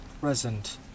present